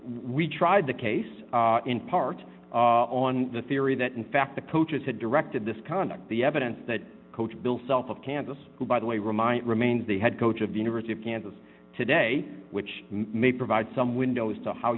we tried the case in part on the theory that in fact the coaches had directed this conduct the evidence that coach bill self of kansas who by the way remind remains they had coach of the university of kansas today which may provide some window as to how